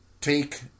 take